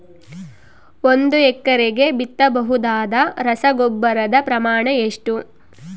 ಒಂದು ಎಕರೆಗೆ ಬಿತ್ತಬಹುದಾದ ರಸಗೊಬ್ಬರದ ಪ್ರಮಾಣ ಎಷ್ಟು?